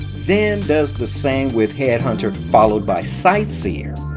then does the same with headhunter followed by sightseer.